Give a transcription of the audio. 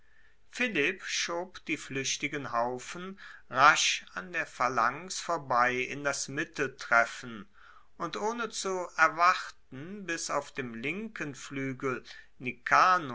philipp schob die fluechtigen haufen rasch an der phalanx vorbei in das mitteltreffen und ohne zu erwarten bis auf dem linken fluegel nikanor